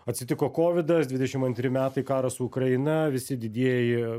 atsitiko kovidas dvidešim antri metai karas su ukraina visi didieji